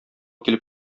килеп